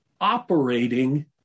operating